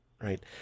right